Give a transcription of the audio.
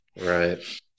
Right